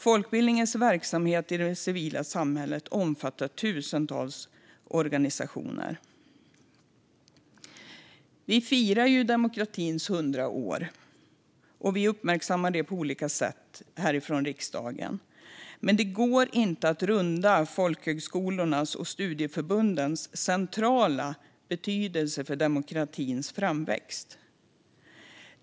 Folkbildningens samverkan med det civila samhället omfattar tusentals organisationer. Vi firar demokratins 100 år, och vi uppmärksammar det på olika sätt härifrån riksdagen, men det går inte att runda folkhögskolornas och studieförbundens centrala betydelse för demokratins framväxt.